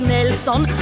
Nelson